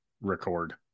record